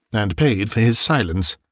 and paid for his silence.